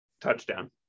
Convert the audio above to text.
touchdown